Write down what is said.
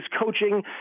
coaching